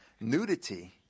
nudity